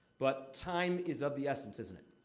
but time is of the essence, isn't it?